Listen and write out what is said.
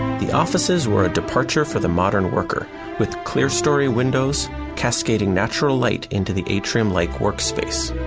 the offices were a departure for the modern worker with clear storey windows cascading natural light into the atrium like workspace.